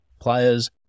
players